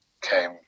came